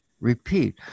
repeat